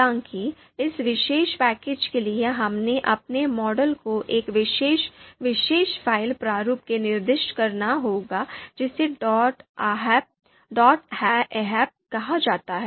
हालाँकि इस विशेष पैकेज के लिए हमें अपने मॉडल को एक विशेष विशेष फ़ाइल प्रारूप में निर्दिष्ट करना होगा जिसे डॉट ahpahp कहा जाता है